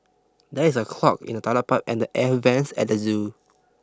there is a clog in the toilet pipe and the air vents at the zoo